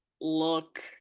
look